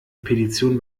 petition